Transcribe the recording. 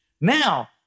Now